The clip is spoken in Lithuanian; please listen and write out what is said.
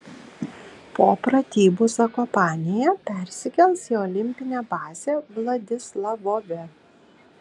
po pratybų zakopanėje persikels į olimpinę bazę vladislavove